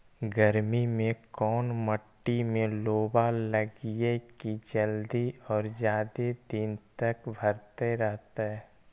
गर्मी में कोन मट्टी में लोबा लगियै कि जल्दी और जादे दिन तक भरतै रहतै?